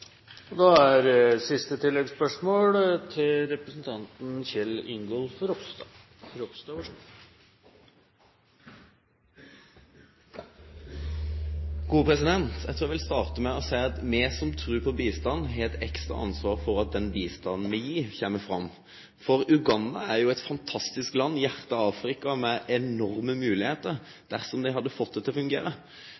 Kjell Ingolf Ropstad – til oppfølgingsspørsmål. Jeg tror jeg vil starte med å si at vi som tror på bistand, har et ekstra ansvar for at den bistanden vi gir, kommer fram. Uganda er et fantastisk land i hjertet av Afrika, med enorme muligheter,